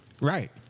Right